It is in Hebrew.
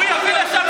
הוא יביא לשם נאורות.